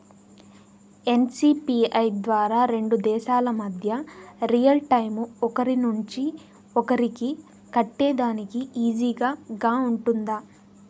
NCPI ద్వారా రెండు దేశాల మధ్య రియల్ టైము ఒకరి నుంచి ఒకరికి కట్టేదానికి ఈజీగా గా ఉంటుందా?